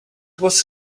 was